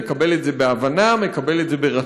הוא מקבל את זה בהבנה, מקבל את זה ברצון,